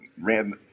ran